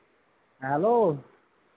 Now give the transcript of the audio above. ᱦᱮᱸ ᱦᱮᱞᱳ